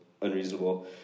unreasonable